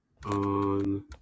On